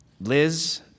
Liz